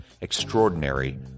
Extraordinary